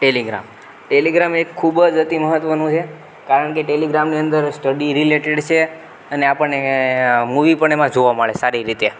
Telegram Telegram એક ખૂબ જ અતિ મહત્ત્વનું છે કારણ કે ટેલિગ્રામની અંદર સ્ટડી રિલેટેડ છે અને આપણને મૂવી પણ એમાં જોવા મળે સારી રીતે